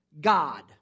God